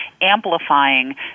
amplifying